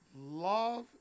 Love